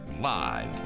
Live